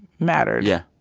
mattered yeah,